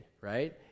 right